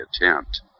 attempt